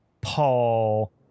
paul